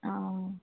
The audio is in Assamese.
অঁ